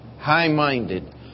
high-minded